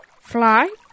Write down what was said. Fly